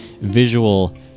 visual